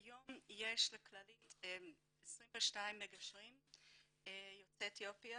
כיום יש בכללית 22 מגשרים יוצאי אתיופיה